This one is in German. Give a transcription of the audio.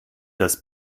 das